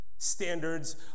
Standards